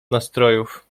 nastrojów